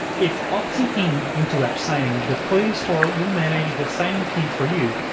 if opting in into app signing, the play store will manage the signing key for you,